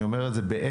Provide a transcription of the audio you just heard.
אני אומר את זה בעצב.